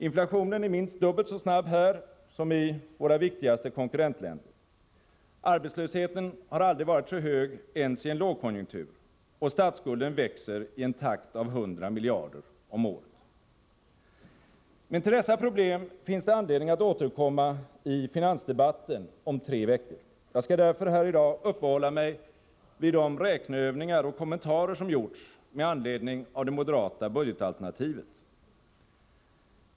Inflationen är minst dubbelt så snabb här som i våra viktigaste konkurrentländer. Arbetslösheten har aldrig varit så hög ens i en lågkonjunktur, och statsskulden växer i en takt av 100 miljarder om året. Men till dessa problem finns det anledning att återkomma i finansdebatten om tre veckor. Jag skall därför här i dag uppehålla mig vid de räkneövningar och kommentarer som gjorts med anledning av det moderata budgetalternativet.